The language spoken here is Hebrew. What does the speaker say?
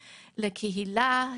לקהילה,